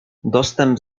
dostęp